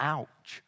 Ouch